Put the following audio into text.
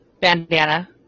bandana